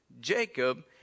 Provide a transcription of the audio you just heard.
Jacob